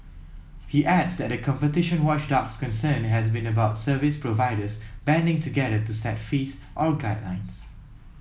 he adds that the competition watchdog's concern has been about service providers banding together to set fees or guidelines